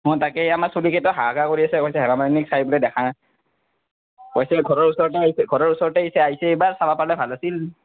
অঁ তাকে আমাৰ চলি কেইটা হাহাকাৰ কৰি আছে কৈছে হেমা মালিনীক চাই বোলে দেখা নাই কৈছিল ঘৰৰ ওচৰতে ঘৰৰ ওচৰতে আইছে এইবাৰ চাবা পাৰলে ভাল আছিল